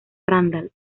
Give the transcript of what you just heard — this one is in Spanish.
randall